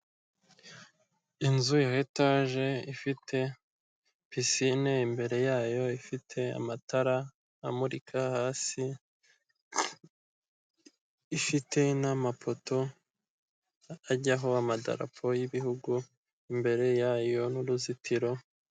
Inzu ya etage ifite pisine imbere yayo, ifite amatara amurika hasi, ifite n'amapoto ajyaho amadapo y'ibihugu imbere yayo n'uzitiro.